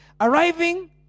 Arriving